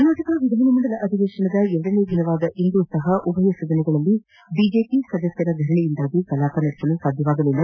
ಕರ್ನಾಟಕ ವಿಧಾನಮಂಡಲ ಅಧಿವೇಶನದ ಎರಡನೆಯ ದಿನವಾದ ಇಂದೂ ಸಹ ಉಭಯ ಸದನಗಳಲ್ಲಿ ಬಿಜೆಪಿ ಸದಸ್ಯರ ಧರಣಿಯಿಂದಾಗಿ ಕಲಾಪ ಸಾಧ್ಯವಾಗಲಿಲ್ಲ